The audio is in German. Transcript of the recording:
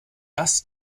das